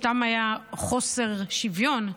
סתם היה חוסר שוויון,